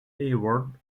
award